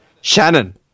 Shannon